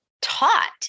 taught